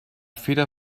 feder